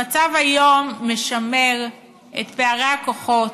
המצב היום משמר את פערי הכוחות,